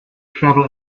travel